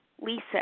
Lisa